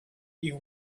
you